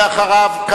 ואחריו,